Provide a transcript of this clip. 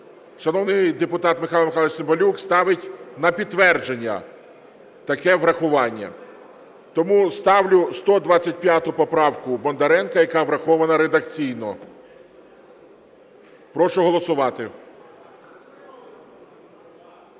шановний депутат Михайло Михайлович Цимбалюк ставить на підтвердження таке врахування. Тому ставлю 125 поправку Бондаренка, яка врахована редакційно. Прошу голосувати.